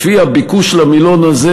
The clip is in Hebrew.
לפי הביקוש למילון הזה,